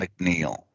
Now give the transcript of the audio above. McNeil